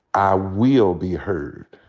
i will be heard.